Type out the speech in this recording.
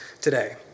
today